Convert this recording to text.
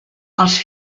els